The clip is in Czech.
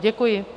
Děkuji.